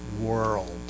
world